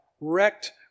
wrecked